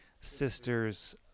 sisters